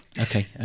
Okay